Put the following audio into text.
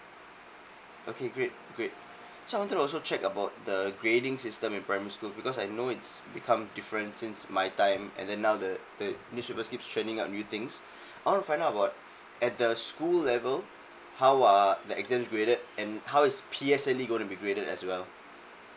okay great great actually I wanted also check about the grading system in primary school because I know it's become different since my time and then now the the these schools just keeps churning up new things I wanna find out about at the school level how are the exams graded and how is P_S_L_E gonna be graded as well